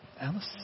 Alice